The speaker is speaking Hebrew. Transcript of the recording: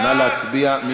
נא להצביע.